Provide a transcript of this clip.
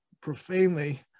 profanely